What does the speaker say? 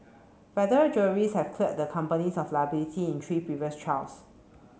federal juries have cleared the companies of liability in three previous trials